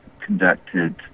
conducted